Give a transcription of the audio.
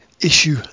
Issue